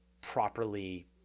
properly